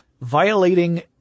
violating